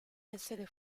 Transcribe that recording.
essere